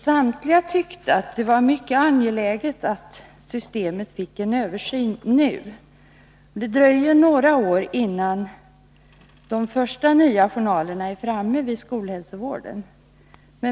Samtliga tyckte att det är mycket angeläget att systemet blir föremål för en översyn nu. Det dröjer några år, innan de första nya journalerna kommer till skolhälsovården.